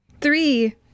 three